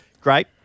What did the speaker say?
Great